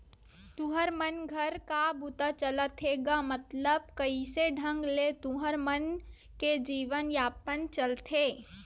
तुँहर मन घर का काम बूता चलथे गा मतलब कइसे ढंग ले तुँहर मन के जीवन यापन चलथे?